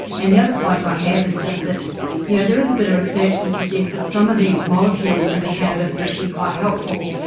and the other point i have is just that yeah there is a bit of research to suggest that some of these molecules in the cannabis are actually quite helpful,